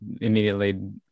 immediately